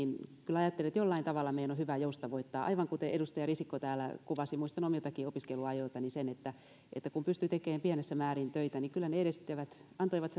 että jollain tavalla meidän on hyvä sitä joustavoittaa aivan kuten edustaja risikko täällä kuvasi muistan omiltakin opiskeluajoiltani sen että että kun pystyi tekemään pienessä määrin töitä niin kyllä ne antoivat